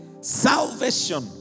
Salvation